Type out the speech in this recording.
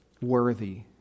worthy